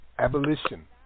Abolition